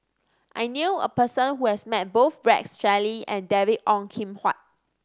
I knew a person who has met both Rex Shelley and David Ong Kim Huat